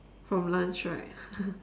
from lunch right